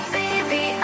baby